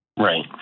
Right